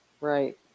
Right